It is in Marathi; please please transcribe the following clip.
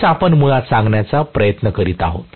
हेच आपण मुळात सांगण्याचा प्रयत्न करीत आहोत